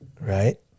Right